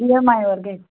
इ M आयवर घे